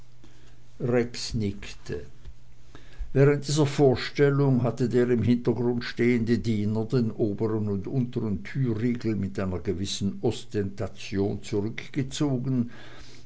rex nickte während dieser vorstellung hatte der im hintergrunde stehende diener den oberen und unteren türriegel mit einer gewissen ostentation zurückgezogen